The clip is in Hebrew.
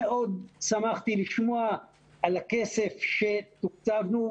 מאוד שמחתי לשמוע על הכסף שתוקצבנו,